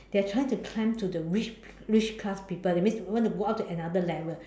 they are trying to climb to the rich rich class people that means want to go up to another level